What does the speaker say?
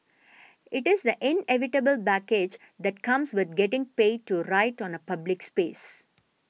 it is the inevitable baggage that comes with getting paid to write on a public space